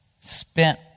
spent